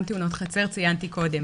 גם תאונות חצר, ציינתי קודם.